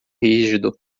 rígido